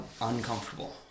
uncomfortable